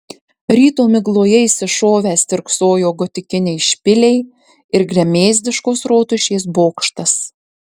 ryto migloje išsišovę stirksojo gotikiniai špiliai ir gremėzdiškos rotušės bokštas